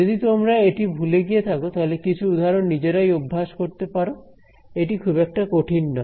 যদি তোমরা এটি ভুলে গিয়ে থাকো তাহলে কিছু উদাহরণ নিজেরাই অভ্যাস করতে পারো এটি খুব একটি কঠিন নয়